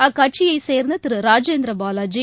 அக்கட்சியைச் சேந்ததிருராஜேந்திரபாவாஜி